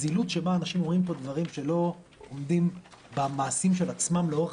הזילות שבה אנשים רואים פה דברים שלא עומדים במעשים של עצמם לאורך